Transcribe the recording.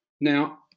Now